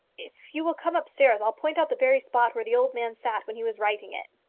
if you will come upstairs, i'll point out the very spot where the old man sat when he was writing it.